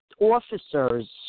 officers